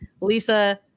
Lisa